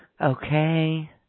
okay